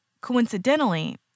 Coincidentally